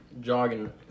jogging